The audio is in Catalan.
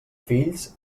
fills